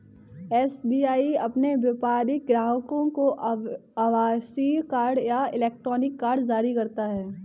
SBI अपने व्यापारिक ग्राहकों को आभासीय कार्ड या इलेक्ट्रॉनिक कार्ड जारी करता है